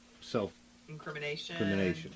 self-incrimination